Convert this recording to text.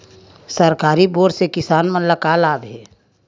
सरकारी बोर से किसान मन ला का लाभ हे?